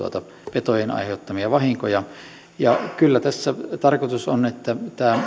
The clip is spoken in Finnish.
petojen aiheuttamia vahinkoja kyllä tässä tarkoitus on että